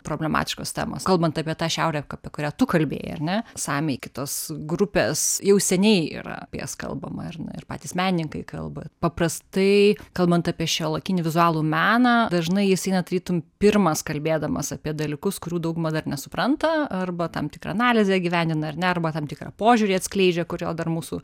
problematiškos temos kalbant apie tą šiaurę apie kurią tu kalbėjai ar ne samiai kitos grupės jau seniai yra apie jas kalbama ir ir patys menininkai kalba paprastai kalbant apie šiuolaikinį vizualų meną dažnai jis eina tarytum pirmas kalbėdamas apie dalykus kurių dauguma dar nesupranta arba tam tikra analizę įgyvendina ar ne arba tam tikrą požiūrį atskleidžia kurio dar mūsų